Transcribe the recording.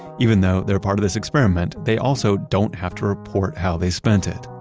even though they're part of this experiment, they also don't have to report how they spent it.